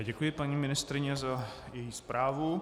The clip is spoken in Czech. Děkuji paní ministryni za její zprávu.